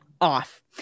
off